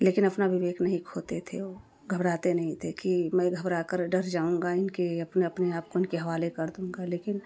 लेकिन अपना विवेक नहीं खोते थे वह घबराते नहीं थे कि मैं घबरा कर डर जाऊंगा इनके अपने अपने आपको उनके हवाले कर दूंगा लेकिन